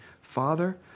Father